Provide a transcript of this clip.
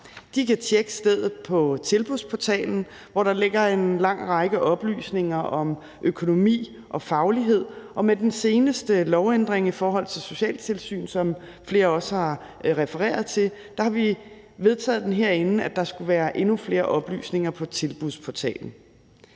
De kan tjekke stedet på Tilbudsportalen, hvor der ligger en lang række oplysninger om økonomi og faglighed. Og med den seneste lovændring i forhold til socialtilsyn, som flere også har refereret til, har vi vedtaget herinde, at der skulle være endnu flere oplysninger på Tilbudsportalen.